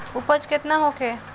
उपज केतना होखे?